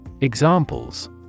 Examples